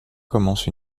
commence